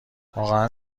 واقعا